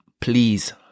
please